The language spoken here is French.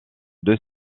deux